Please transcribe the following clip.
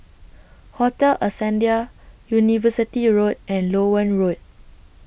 Hotel Ascendere University Road and Loewen Road